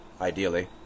ideally